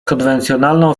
konwencjonalno